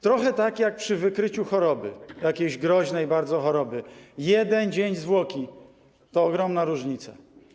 Trochę tak jak przy wykryciu jakiejś groźnej bardzo choroby - jeden dzień zwłoki to ogromna różnica.